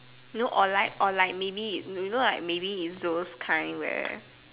no or like or like maybe it's you know maybe it's those kind where